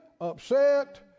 upset